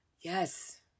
Yes